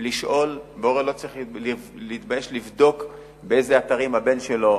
לשאול והורה לא צריך להתבייש לבדוק באילו אתרים נמצא הבן שלו,